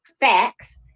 facts